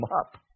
up